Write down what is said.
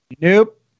Nope